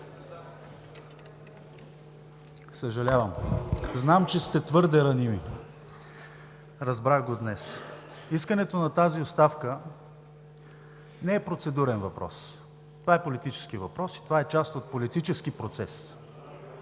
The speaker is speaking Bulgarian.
Съжалявам. Знам, че се твърде раними. Разбрах го днес. Искането на тази оставка не е процедурен въпрос. Това е политически въпрос и е част от политически процес.